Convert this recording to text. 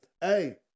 Hey